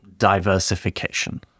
Diversification